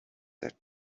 that